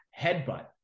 headbutt